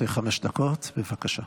לרשותך חמש דקות, בבקשה.